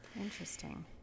Interesting